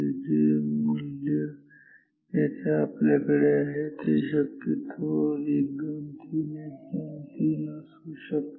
जी मूल्य येथे आपल्याकडे आहे ते शक्यतो 1 2 3 1 2 3 असू शकतात